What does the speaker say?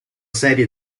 serie